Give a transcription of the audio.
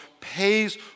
pays